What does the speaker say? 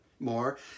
more